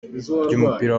ry’umupira